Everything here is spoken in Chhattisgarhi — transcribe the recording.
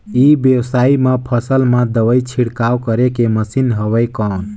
ई व्यवसाय म फसल मा दवाई छिड़काव करे के मशीन हवय कौन?